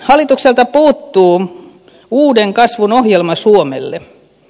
hallitukselta puuttuu uuden kasvun ohjelma suomelle